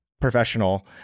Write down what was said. professional